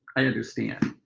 i understand.